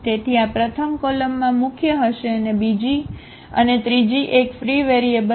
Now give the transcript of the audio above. તેથી આ પ્રથમ કોલમમાં મુખ્ય હશે અને બીજી અને ત્રીજી એક ફ્રી વેરિયેબલ હશે